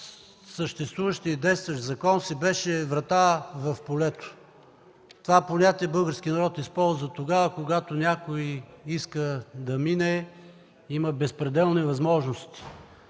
съществуващият, действащият закон си беше врата в полето. Това понятие българският народ използва тогава, когато някой иска да мине и има безпределни възможности.